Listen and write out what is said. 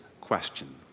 question